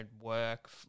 work